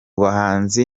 bahanzi